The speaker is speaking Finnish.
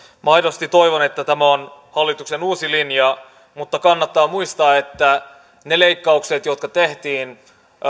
minä aidosti toivon että tämä on hallituksen uusi linja mutta kannattaa muistaa että ne leikkaukset jotka tehtiin